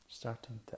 Starting